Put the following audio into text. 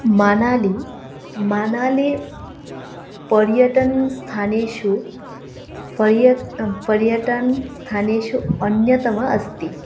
मनाली मनाली पर्यटनस्थानेषु पर्य पर्यटनस्थानेषु अन्यतमः अस्ति